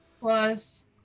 plus